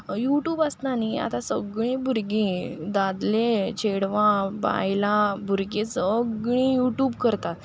YouTube आसता न्ही आतां सगळीं भुरगीं दादले चेडवां बायलां भुरगीं सगळीं यूट्यूब करता